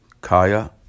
Kaya